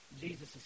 Jesus